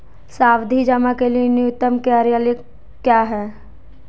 सावधि जमा के लिए न्यूनतम कार्यकाल क्या है?